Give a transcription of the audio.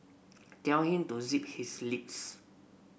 tell him to zip his lips